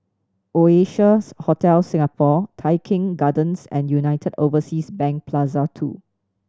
Oasia's Hotel Singapore Tai Keng Gardens and United Overseas Bank Plaza Two